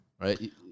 Right